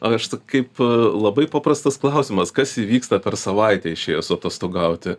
aš t kaip labai paprastas klausimas kas įvyksta per savaitę išėjus atostogauti